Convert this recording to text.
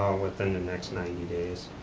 within the next ninety days.